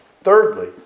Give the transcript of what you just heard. thirdly